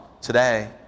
today